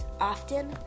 often